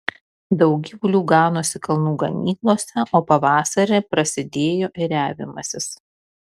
daug gyvulių ganosi kalnų ganyklose o pavasarį prasidėjo ėriavimasis